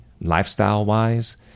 lifestyle-wise